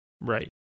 Right